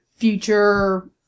future